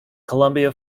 columbia